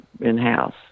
in-house